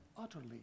utterly